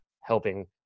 helping